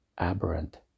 aberrant